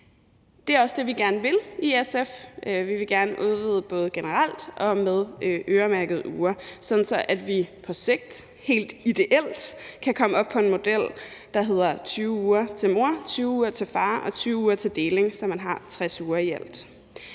Det er også det, vi gerne vil i SF. Vi vil gerne udvide både generelt og med øremærkede uger, sådan at vi på sigt helt ideelt kan komme op på en model, der hedder 20 uger til mor, 20 uger til far og 20 uger til deling, så man har 60 uger i alt.